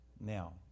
Now